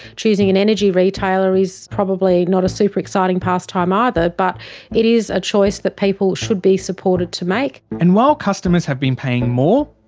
choosing an energy retailer is probably not a super exciting pastime either but it is a choice that people should be supported to make. and while customers have been paying more,